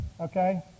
okay